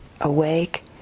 awake